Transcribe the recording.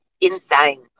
insane